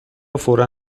فورا